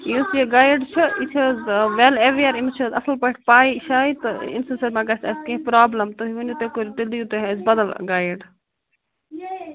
یُس یہِ گایڈ چھُ یہ چھُ حَظ ویل اَویر أمِس چھِ حَظ اَصٕل پٲٹھۍ پےَ شےَ تہٕ أمۍ سٕنٛدِ سۭتۍ ما گژھِ اَسہِ کیٚنٛہہ پرٛابلِم تُہۍ ؤنِو تُہۍ دِیٖو تیٚلہِ اَسہِ بدل گایڈ